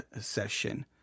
session